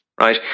right